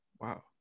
Wow